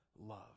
love